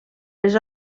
les